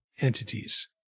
entities